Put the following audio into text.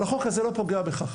החוק הזה לא פוגע בכך.